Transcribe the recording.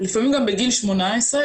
לפעמים גם בגיל שמונה עשרה,